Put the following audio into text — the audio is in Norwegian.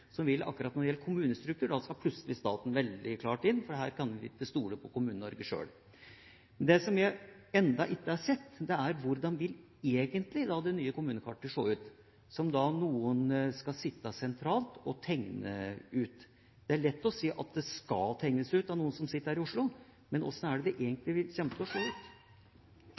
Når det gjelder kommunestruktur, skal staten plutselig veldig klart inn, for her kan en ikke stole på Kommune-Norge sjøl. Det jeg ennå ikke har sett, gjelder dette: Hvordan vil det nye kommunekartet, som noen sentralt skal sitte og tegne, egentlig se ut? Det er lett å si at det skal tegnes av noen som sitter her i Oslo, men hvordan kommer det egentlig til å se ut? Den som fikk meg til